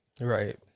Right